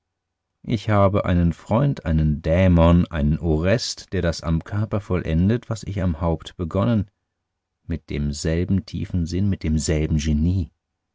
ich habe einen freund einen dämon einen orest der das am körper vollendet was ich am haupt begonnen mit demselben tiefen sinn mit demselben genie